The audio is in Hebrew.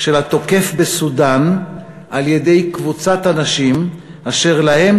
של התוקף בסודאן על-ידי קבוצת אנשים אשר להם